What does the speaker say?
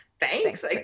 Thanks